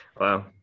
Wow